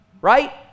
Right